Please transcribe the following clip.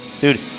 Dude